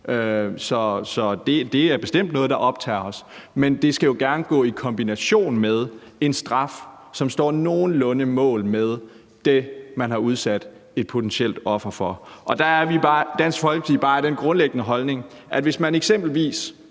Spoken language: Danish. Så det er bestemt noget, der optager os, men det skal jo gerne gå i kombination med en straf, som står nogenlunde mål med det, som man har udsat et potentielt offer for. Der er Dansk Folkeparti bare af den grundlæggende holdning, at hvis man eksempelvis